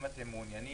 אם אתם מעוניינים,